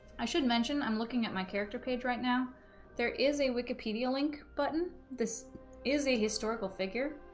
i should mention i'm looking at my character page right now there is a wikipedia link button this is a historical figure